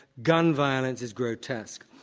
gun violence is grotesque.